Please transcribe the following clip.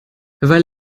weil